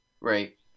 Right